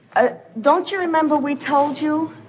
ah don't you remember we told you